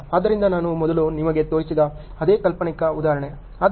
ಆದ್ದರಿಂದ ನಾನು ಮೊದಲು ನಿಮಗೆ ತೋರಿಸಿದ ಅದೇ ಕಾಲ್ಪನಿಕ ಉದಾಹರಣೆ